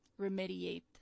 remediate